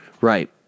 Right